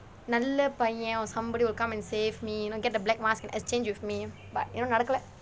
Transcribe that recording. நல்ல பையன்:nalla paiyan or somebody will come and save me you know get the black mask and exchange with me but இன்னும் நடக்கலே:innum nadakkale